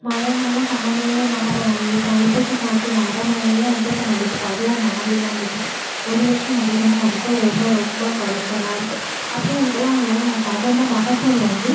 மழை நாளில் சம்பந்தமே இல்லாமல் இப்போ மழை பெய்யும் இப்போ ஐப்பசி கார்த்திகை அடை மழையே வந்து இப்போ நம்மளுக்கு பருவம் மாறி தான் வந்துகிட்ருக்கு ஒரு வருஷம் அதிகமாக இருக்குது ஒரு வருஷம் ரொம்ப குறைச்சலா இருக்குது அப்படி வந்ததால் அவங்களால ந தகுந்த மகசூல் வந்து